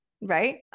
right